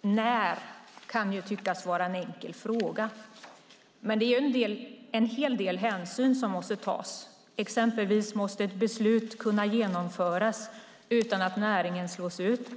"När" kan tyckas vara en enkel fråga. Men det är en hel del hänsyn som måste tas. Exempelvis måste ett beslut kunna genomföras utan att näringen slås ut.